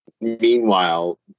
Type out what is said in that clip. Meanwhile